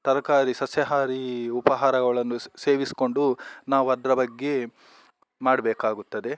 ತರಕಾರಿ ಸಸ್ಯಹಾರಿ ಉಪಹಾರಗಳನ್ನು ಸೇವಿಸಿಕೊಂಡು ನಾವು ಅದರ ಬಗ್ಗೆ ಮಾಡಬೇಕಾಗುತ್ತದೆ